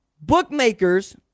bookmakers